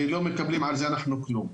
ולא מקבלים על זה אנחנו כלום.